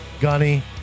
Gunny